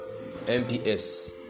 MPS